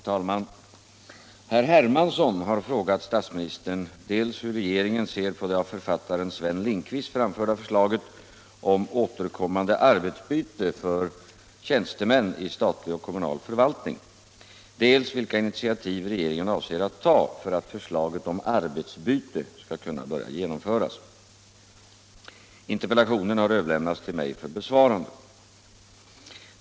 Herr talman! Herr Hermansson har frågat statsministern dels hur regeringen ser på det av författaren Sven Lindqvist framförda förslaget om återkommande arbetsbyte för tjänstemän i statlig och kommunal förvaltning, dels vilka initiativ regeringen avser att ta för att förslaget om arbetsbyte skall kunna börja genomföras. Interpellationen har överlämnats till mig för besvarande.